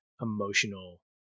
emotional